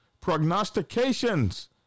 Prognostications